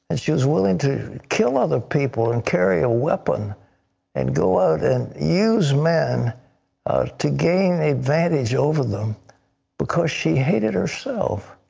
and she was willing to kill other people and carry a weapon and go out and use man to gain advantage over them because she hated herself.